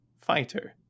fighter